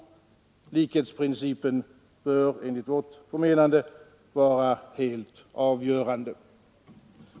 Likhetsprincipen bör enligt vårt förmenande vara helt avgörande.